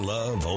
Love